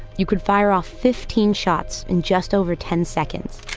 you could fire off fifteen shots and just over ten seconds